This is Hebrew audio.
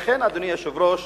אדוני היושב-ראש,